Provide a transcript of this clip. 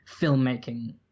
filmmaking